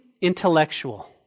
intellectual